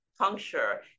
puncture